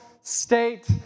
state